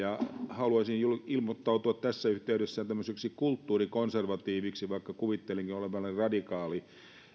haluaisin ilmoittautua tässä yhteydessä tämmöiseksi kulttuurikonservatiiviksi vaikka kuvittelenkin olevani radikaali